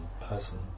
person